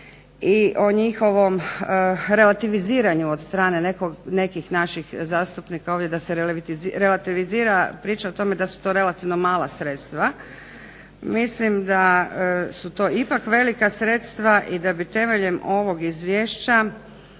i o njihovom relativiziranju od strane nekih naših zastupnika ovdje da se relativizira priča o tome da su to relativno mala sredstva, mislim da su to ipak velika sredstva i da bi temeljem ovog Izvješća